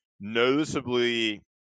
noticeably